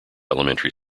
elementary